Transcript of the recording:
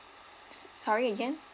so~ sorry again